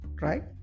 right